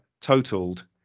totaled